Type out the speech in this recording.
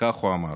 וכך הוא אמר: